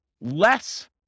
less